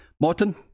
Martin